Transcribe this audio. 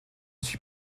suis